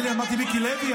תגיד לי, אמרתי מיקי לוי?